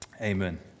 Amen